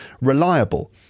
reliable